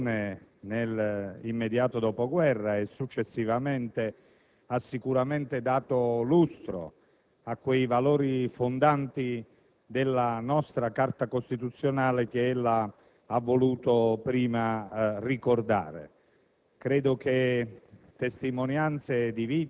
che, con la sua azione nell'immediato dopoguerra e nelle fasi successive, ha sicuramente dato lustro ai valori fondanti della nostra Carta costituzionale che ella ha voluto prima ricordare.